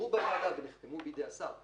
שאושרו בוועדה ונחתמו בידי השר.